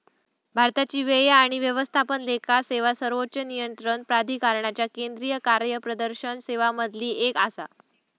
भारताची व्यय आणि व्यवस्थापन लेखा सेवा सर्वोच्च नियंत्रण प्राधिकरणाच्या केंद्रीय कार्यप्रदर्शन सेवांमधली एक आसा